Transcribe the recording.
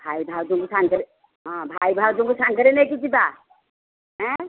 ଭାଇ ଭାଉଜଙ୍କୁ ହଁ ଭାଇ ଭାଉଜଙ୍କୁ ସାଙ୍ଗରେ ନେଇକି ଯିବା ଏଁ